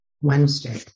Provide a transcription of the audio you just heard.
Wednesday